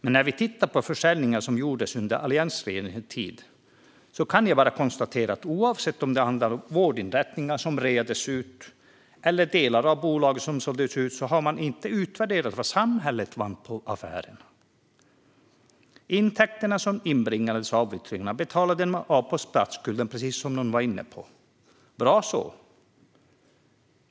Men vad gäller de försäljningar som gjordes under alliansregeringens tid kan jag konstatera att oavsett om det handlade om vårdinrättningar som reades ut eller delar av bolag som såldes ut utvärderade man inte vad samhället vann på affärerna. Med intäkterna som inbringades av avyttringarna betalade man av på statsskulden. Bra så.